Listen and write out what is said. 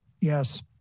yes